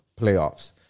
playoffs